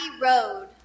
road